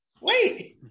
wait